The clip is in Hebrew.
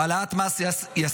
העלאת מס יסף,